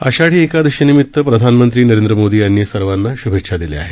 आषाढी एकादशीनिमित प्रधानमंत्री नरेंद्र मोदी यांनी सर्वांना शुभेच्छा दिल्या आहेत